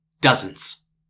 Dozens